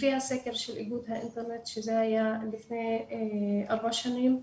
לפי הסקר של איגוד האינטרנט, שהיה לפני ארבע שנים,